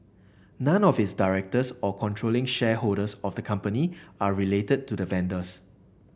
none of its directors or controlling shareholders of the company are related to the vendors